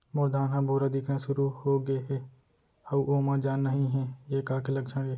मोर धान ह भूरा दिखना शुरू होगे हे अऊ ओमा जान नही हे ये का के लक्षण ये?